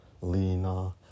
Lena